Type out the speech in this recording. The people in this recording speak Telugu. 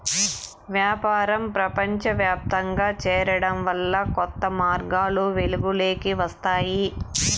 వ్యాపారం ప్రపంచవ్యాప్తంగా చేరడం వల్ల కొత్త మార్గాలు వెలుగులోకి వస్తాయి